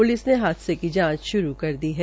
police ने हादसे की जांच श्रू कर दी है